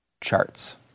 Charts